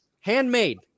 Handmade